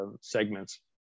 segments